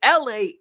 LA